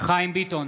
חיים ביטון,